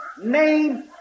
name